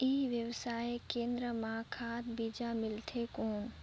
ई व्यवसाय केंद्र मां खाद बीजा मिलथे कौन?